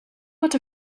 got